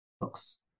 books